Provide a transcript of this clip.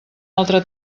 altre